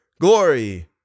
glory